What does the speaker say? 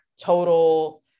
total